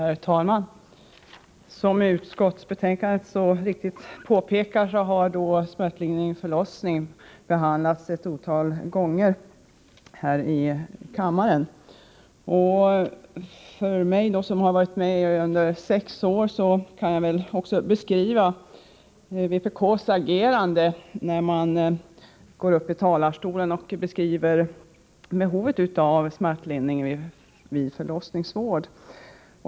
Herr talman! Som så riktigt påpekas i utskottsbetänkandet har frågan om smärtlindring vid förlossning behandlats ett otal gånger här i kammaren. Jag som har varit med under sex år kan beskriva vpk:s agerande, när man i talarstolen redovisat behovet av smärtlindring vid förlossningsvård.